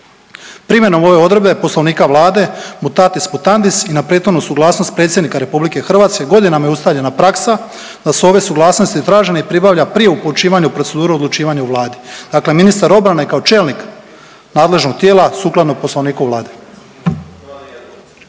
Primjenom ove odredbe Poslovnika Vlade mutatis putandis i na prethodnu suglasnost predsjednika RH godinama je ustaljena praksa da su ove suglasnosti tražene i pribavlja prije upućivanja u proceduru odlučivanju Vladi. Dakle ministar obrane kao čelnik nadležnog tijela sukladno Poslovniku Vlade.